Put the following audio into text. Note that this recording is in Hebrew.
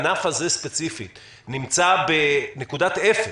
הענף הזה ספציפית נמצא בנקודת אפס,